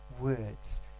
words